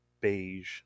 Beige